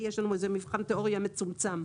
יש לנו מבחון תיאוריה מצומצם.